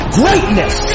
greatness